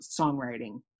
songwriting